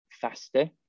faster